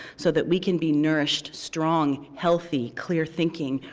so that we can be nourished, strong, healthy, clear thinking,